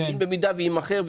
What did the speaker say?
אם במידה ויימכר,